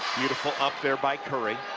beautiful up there by curry.